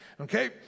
Okay